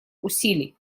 усилий